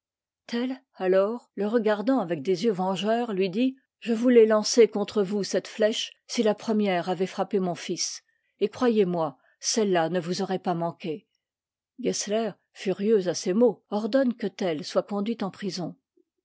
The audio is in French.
alors le regardant avec des yeux vengeurs lui dit je voulais lancer contre vous cette flèche si la première avait frappé mon fils et croyez-moi celle-là ne vous aurait pas manqué gessler furieux à ces mots ordonne que tell soit conduit en prison